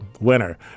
winner